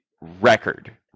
record